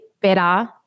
better